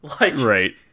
Right